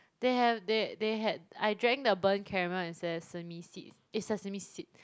they have they they had I drank the burnt caramel and sesame seeds eh sesame seeds